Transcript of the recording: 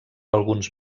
alguns